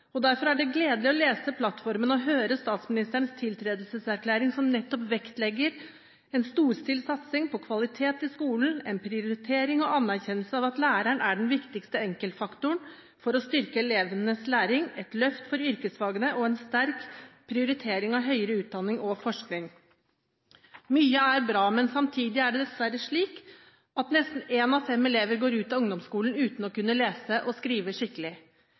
og forskningssystemet. Derfor er det gledelig å lese regjeringsplattformen og høre statsministerens tiltredelseserklæring, som nettopp vektlegger en storstilt satsing på kvalitet i skolen, en prioritering og anerkjennelse av at læreren er den viktigste enkeltfaktoren for å styrke elevenes læring, et løft for yrkesfagene og en sterk prioritering av høyere utdanning og forskning. Mye er bra, men samtidig er det dessverre slik at nesten én av fem elever går ut av ungdomsskolen uten å kunne lese og skrive skikkelig.